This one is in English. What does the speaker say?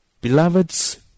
Beloveds